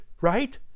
right